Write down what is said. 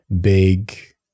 big